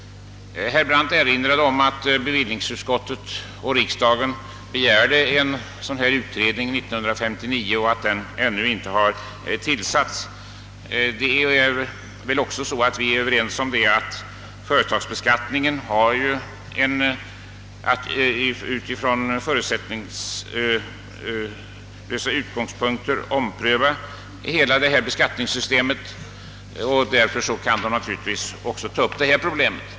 Herr Brandt erinrade om att bevillningsutskottet av riksdagen begärt en dylik utredning 1959 och att denna utredning ännu inte har tillsatts. Vi är överens om att företagsbeskattningsutredningen har att förutsättningslöst ompröva hela detta beskattningssystem och därför kan den naturligtvis också ta upp detta problem.